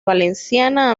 valenciana